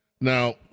Now